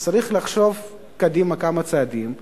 צריך לחשוב כמה צעדים קדימה,